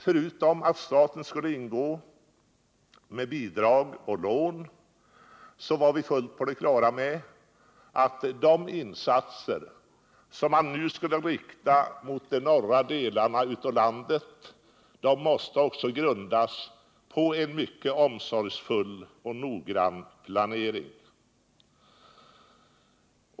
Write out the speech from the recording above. Förutom att staten skulle ingå med bidrag och lån var vi fullt på det klara med att de insatser som nu skulle riktas mot de norra delarna av landet också måste grundas på en mycket omsorgsfull och noggrann planering.